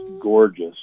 gorgeous